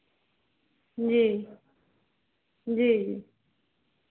जी जी जी